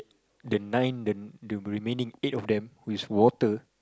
the nine the the remaining eight of them who is water